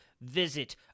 Visit